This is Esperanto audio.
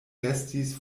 restis